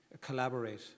collaborate